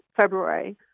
February